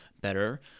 better